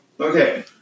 Okay